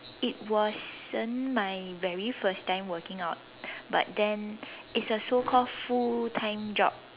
it wasn't my very first time working out but then it's a so called full time job